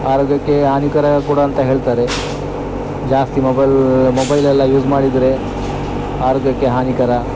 ಆರೋಗ್ಯಕ್ಕೆ ಆನಿಕರ ಕೂಡ ಅಂತ ಹೇಳ್ತಾರೆ ಜಾಸ್ತಿ ಮೊಬೈಲ್ ಮೊಬೈಲ್ ಎಲ್ಲ ಯೂಸ್ ಮಾಡಿದರೆ ಆರೋಗ್ಯಕ್ಕೆ ಹಾನಿಕರ